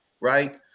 right